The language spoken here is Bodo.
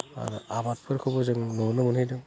आरो आबादफोरखौबो जों नुनो मोनहैदों